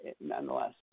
nonetheless